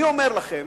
אני אומר לכם